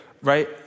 right